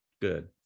good